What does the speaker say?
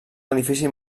edifici